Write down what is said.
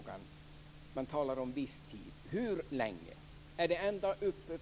Jag vill ställa frågan: Hur lång tid är det?